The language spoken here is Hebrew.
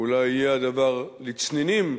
ואולי יהיה הדבר לצנינים